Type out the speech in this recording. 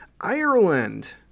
Ireland